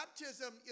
baptism